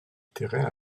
terrain